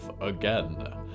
again